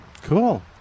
cool